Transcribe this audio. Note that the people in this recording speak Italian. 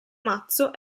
mazzo